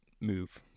move